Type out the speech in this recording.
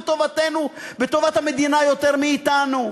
טובתנו ואת טובת המדינה יותר מאתנו?